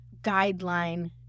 guideline